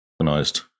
organized